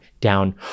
down